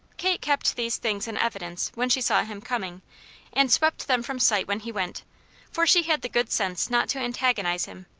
kate kept these things in evidence when she saw him coming and swept them from sight when he went for she had the good sense not to antagonize him.